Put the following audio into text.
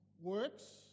works